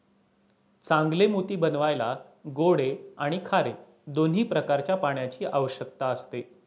चांगले मोती बनवायला गोडे आणि खारे दोन्ही प्रकारच्या पाण्याची आवश्यकता असते